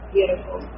Beautiful